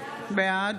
בעד